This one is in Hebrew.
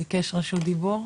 הוא ביקש רשות דיבור.